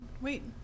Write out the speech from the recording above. Wait